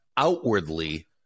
outwardly